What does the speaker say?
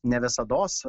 ne visados